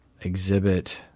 exhibit